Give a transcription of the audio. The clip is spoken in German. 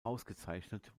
ausgezeichnet